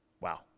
Wow